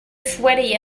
sweaty